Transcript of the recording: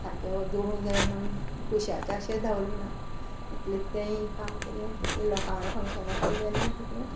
सामकें जोडूं जाय म्हणून पयश्याचे आशे धांवले ना तितलें तेय काम केलें तितलें लोकां फक्शनाकय गेलें आनी तितलें